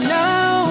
now